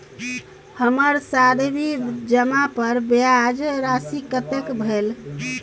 हमर सावधि जमा पर ब्याज राशि कतेक भेल?